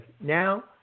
now